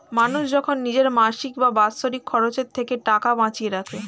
মানুষ যখন নিজের মাসিক বা বাৎসরিক খরচের থেকে টাকা বাঁচিয়ে রাখে